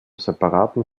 separaten